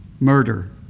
Murder